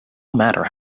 matter